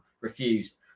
Refused